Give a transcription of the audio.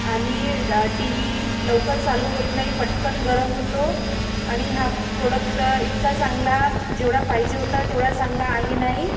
आणि TV लवकर चालू होत नाही पटकन गरम होतो आणि हा प्रोडक्ट इतका चांगला जेवढा पाहिजे होता तेवढा चांगला आहे नाही